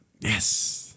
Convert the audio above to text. Yes